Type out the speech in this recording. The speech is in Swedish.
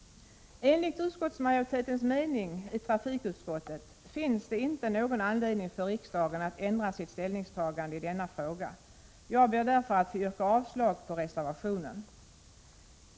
Enligt utskottsmajoritetens mening i trafikutskottet finns det inte någon anledning för riksdagen att ändra sitt ställningstagande i denna fråga. Jag ber därför att få yrka avslag på reservationen.